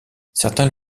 certains